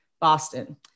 Boston